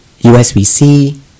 USB-C